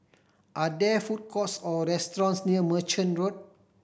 are there food courts or restaurants near Merchant Road